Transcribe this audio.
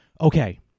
okay